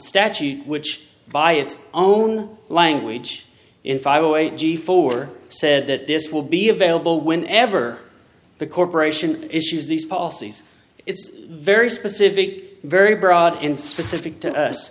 statute which by its own language if i wait for said that this will be available when ever the corporation issues these policies it's very specific very broad in specific to us